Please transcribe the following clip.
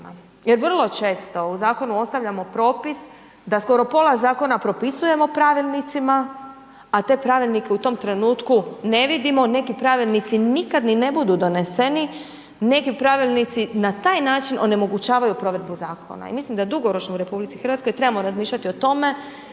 jer vrlo često u zakonu ostavljamo propis da skoro pola zakona propisujemo pravilnicima a te pravilnike u tom trenutku ne vidimo niti pravilnici nikad ni ne budu doneseni, neki pravilnici na taj način onemogućavaju provedbu zakona i mislim da dugoročno u RH trebamo razmišljati o tome